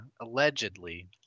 allegedly